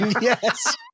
yes